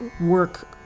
work